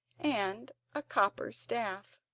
and a copper staff.